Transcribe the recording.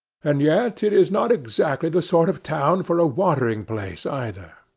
and yet it is not exactly the sort of town for a watering-place, either.